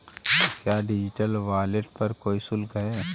क्या digital wallet पर कोई शुल्क है?